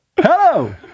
Hello